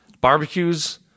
barbecues